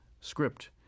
script